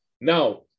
Now